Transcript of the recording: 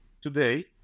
today